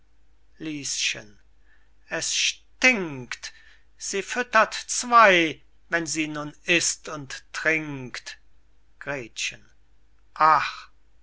lieschen es stinkt sie füttert zwey wenn sie nun ißt und trinkt gretchen ach